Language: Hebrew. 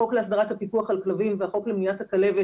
החוק להסדרת הפיקוח על כלבים והחוק למניעת הכלבת